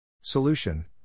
Solution